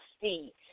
see